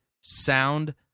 sound